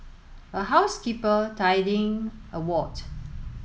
a housekeeper tidying a ward